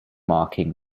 marking